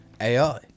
AI